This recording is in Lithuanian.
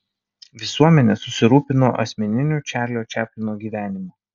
visuomenė susirūpino asmeniniu čarlio čaplino gyvenimu